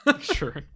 Sure